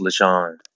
LaShawn